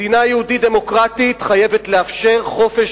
מדינה יהודית דמוקרטית חייבת לאפשר חופש